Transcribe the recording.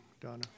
Donna